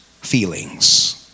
feelings